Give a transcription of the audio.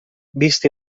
vist